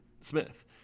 Smith